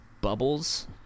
bubbles